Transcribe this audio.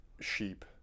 sheep